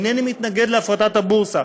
אינני מתנגד להפרטת הבורסה.